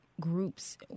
groups